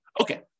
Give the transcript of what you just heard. Okay